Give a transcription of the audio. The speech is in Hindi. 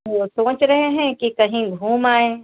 वह सोच रहे हैं कि कहीं घूम आएँ